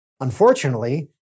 unfortunately